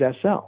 SL